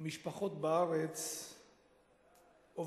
משפחות בארץ עובדות.